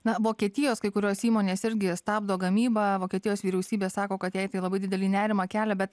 na vokietijos kai kurios įmonės irgi stabdo gamybą vokietijos vyriausybė sako kad jai tai labai didelį nerimą kelia bet